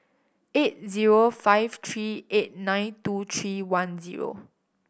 eight zero five three eight nine two three one zero